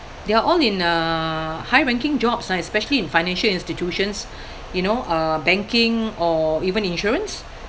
they are all in a high-ranking jobs ah especially in financial institutions you know uh banking or even insurance